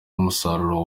umusaruro